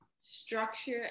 structure